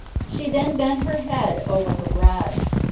she then bent her head over her breast.